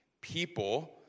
people